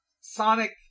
Sonic